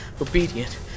Obedient